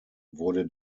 wurde